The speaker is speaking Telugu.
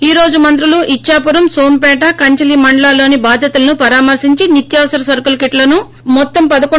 ఈ రోజు మంత్రులు ఇద్చాపురం నోంపిట కంచిలి మండలాల్లోని బాధితులను పరామర్పించి నిత్యావసర సరకుల కిట్లను పంపిణీ చేశారు